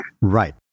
Right